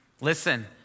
Listen